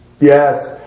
Yes